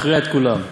מכריע את כולם.